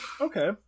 okay